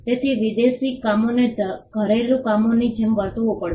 તેથી વિદેશી કામોને ઘરેલું કામોની જેમ વર્તવું પડ્યું